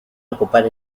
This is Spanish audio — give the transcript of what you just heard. ocupar